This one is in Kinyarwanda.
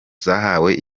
zahawe